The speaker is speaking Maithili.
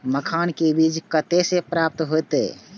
मखान के बीज कते से प्राप्त हैते?